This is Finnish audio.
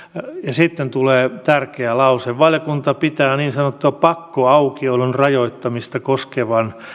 sitten tulee tärkeä lause valiokunta pitää niin sanotun pakkoaukiolon rajoittamista koskevan